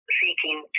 seeking